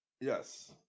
Yes